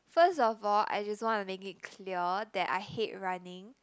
first of all I just wanna make it clear that I hate running